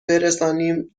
برسانیم